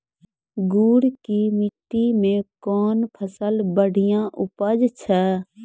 गुड़ की मिट्टी मैं कौन फसल बढ़िया उपज छ?